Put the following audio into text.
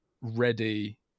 ready